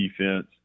defense